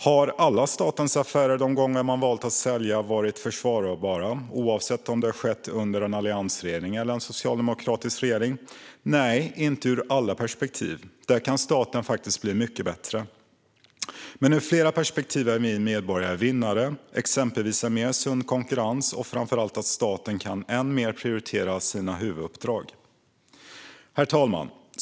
Har alla statens affärer, oavsett om de har skett under en alliansregering eller en socialdemokratisk regering, varit försvarbara de gånger man valt att sälja? Nej, inte ur alla perspektiv. Där kan staten bli mycket bättre. Men ur flera perspektiv är vi medborgare vinnare. Det handlar exempelvis om en mer sund konkurrens och framför allt om att staten än mer kan prioritera sina huvuduppdrag. Herr talman!